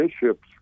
bishops